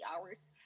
hours